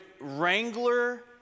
Wrangler